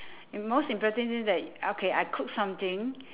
the most impressive thing's that okay I cook something